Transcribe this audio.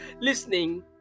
listening